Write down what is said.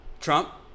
Trump